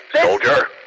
Soldier